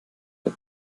der